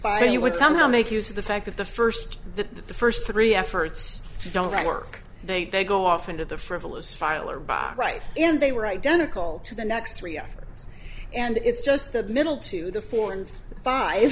fine you would somehow make use of the fact that the first the first three efforts don't work they go off into the frivolous file or by right and they were identical to the next three offerings and it's just the middle to the four and five